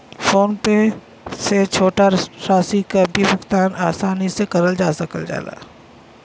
phone पे से छोटा राशि क भी भुगतान आसानी से करल जा सकल जाला